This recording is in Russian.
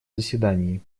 заседании